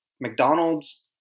McDonald's